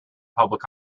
public